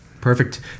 Perfect